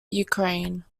ukraine